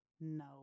No